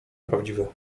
prawdziwe